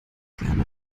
gerne